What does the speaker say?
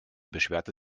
beschwerte